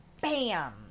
bam